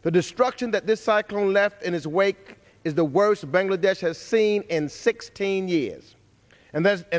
the destruction that this cycle left in its wake is the worst bangladesh has seen in sixteen years and that's and